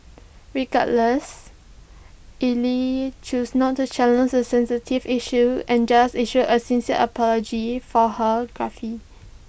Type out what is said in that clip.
regardless Ell choose not to challenge the sensitive issue and just issued A sincere apology for her gaffe